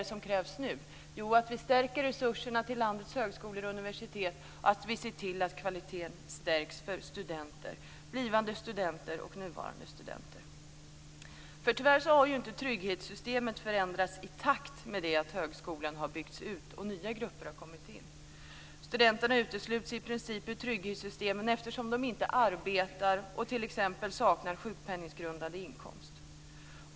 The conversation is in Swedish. Det som krävs är att vi ökar resurserna till landets högskolor och universitet och att vi ser till att kvaliteten blir bättre, till gagn för blivande och nuvarande studenter. Tyvärr har trygghetssystemen inte förändrats i takt med att högskolan har byggts ut och nya grupper har kommit in. Studenterna utesluts i princip ur trygghetssystemen eftersom de inte arbetar och t.ex. saknar sjukpenninggrundande inkomst.